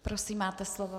Prosím, máte slovo.